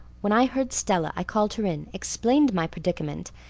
when i heard stella i called her in, explained my predicament,